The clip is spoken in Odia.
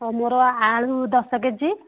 ହଁ ମୋର ଆଳୁ ଦଶ କେ ଜି